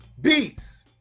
beats